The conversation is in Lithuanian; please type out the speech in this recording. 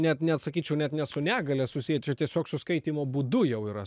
net neatsakyčiau net ne su negalia susiečiau tiesiog su skaitymo būdu jau yra